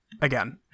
Again